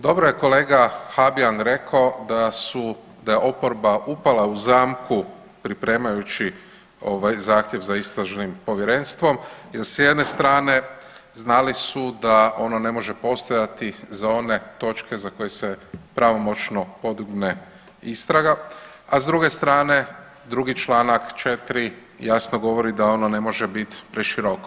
Dobro je kolega Habijan rekao da su, da je oporba upala u zamku pripremajući ovaj zahtjev za istražnim povjerenstvom jer s jedne strane znali su da ono ne može postojati za one točke za koje se pravomoćno podigne istraga, a s druge strane drugi čl. 4. jasno govori da ono ne može bit preširoko.